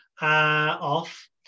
off